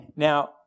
Now